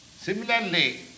Similarly